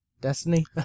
Destiny